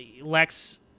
Lex